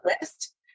list